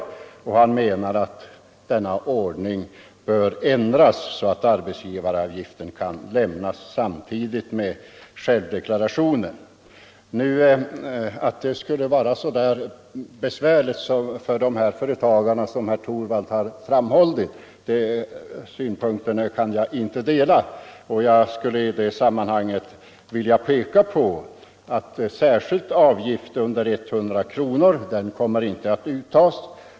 Herr Torwald menade att den ordningen bör ändras så att uppgift om arbetsgivaravgiften kan lämnas samtidigt med självdeklarationen. Jag kan emellertid inte hålla med om att det är så besvärligt för företagarna som herr Torwald sade. Jag vill peka på att särskild avgift under 100 kronor inte kommer att uttas.